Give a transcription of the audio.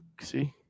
See